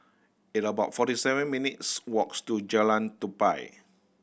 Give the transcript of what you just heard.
it about forty seven minutes' walks to Jalan Tupai